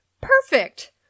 Perfect